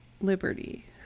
liberty